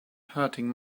hurting